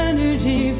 Energy